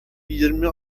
yirmi